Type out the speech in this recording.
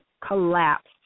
collapsed